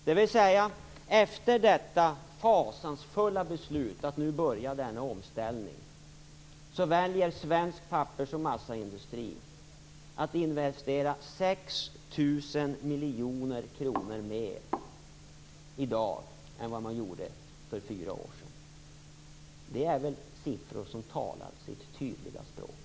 Det betyder att efter det fasansfulla beslutet att nu börja denna omställning väljer svensk pappers och massaindustri att investera 6 000 miljoner kronor mer i dag än vad man gjorde för fyra år sedan. Det är väl siffror som talar sitt tydliga språk.